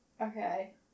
okay